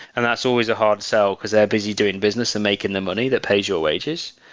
and that's always a hard sell, because they're busy doing business and making the money that pays your wages.